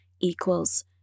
equals